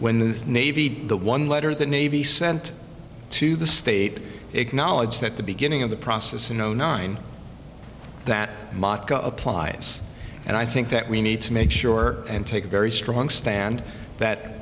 when the navy did the one letter the navy sent to the state acknowledge that the beginning of the process in zero nine that and i think that we need to make sure and take a very strong stand that